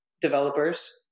developers